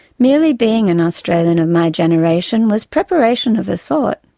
merely being an australian of my generation was preparation of a sort.